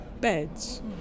beds